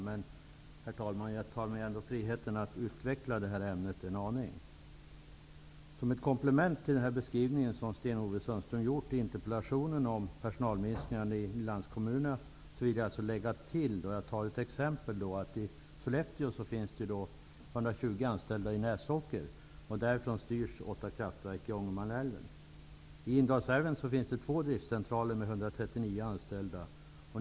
Jag tar mig emellertid friheten att utveckla detta ämne en aning. Som ett komplement till den beskrivning som Sten Ove Sundström har gjort i interpellationen om personalminskningarna i inlandskommunerna, vill jag som ett exempel lägga till att det i Sollefteå finns anställda.